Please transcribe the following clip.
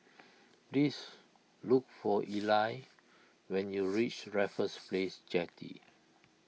please look for Eli when you reach Raffles Place Jetty